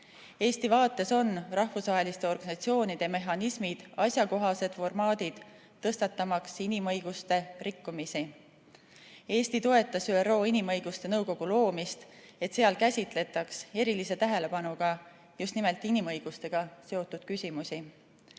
Eesti vaates on rahvusvaheliste organisatsioonide mehhanismid asjakohased formaadid, tõstatamaks inimõiguste rikkumisi. Eesti toetas ÜRO Inimõiguste Nõukogu loomist, et seal käsitletaks erilise tähelepanuga just nimelt inimõigustega seotud küsimusi